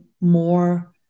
more